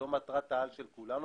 זו מטרת העל של כולנו.